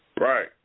Right